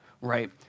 right